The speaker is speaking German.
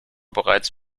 bereits